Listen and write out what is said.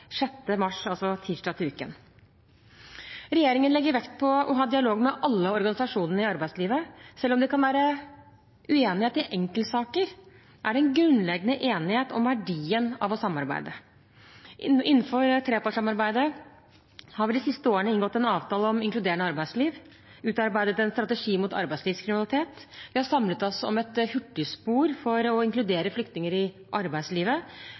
6. mars – altså tirsdag til uken. Regjeringen legger vekt på å ha dialog med alle organisasjonene i arbeidslivet. Selv om det kan være uenighet i enkeltsaker, er det en grunnleggende enighet om verdien av å samarbeide. Innenfor trepartssamarbeidet har vi de siste årene inngått en avtale om inkluderende arbeidsliv, utarbeidet en strategi mot arbeidslivskriminalitet, vi har samlet oss om et hurtigspor for å inkludere flyktninger i arbeidslivet